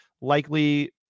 likely